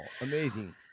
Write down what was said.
amazing